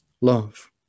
love